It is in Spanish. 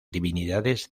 divinidades